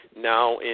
now